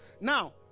Now